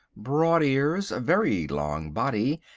broad ears, very long body,